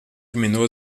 terminou